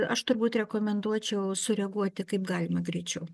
aš turbūt rekomenduočiau sureaguoti kaip galima greičiau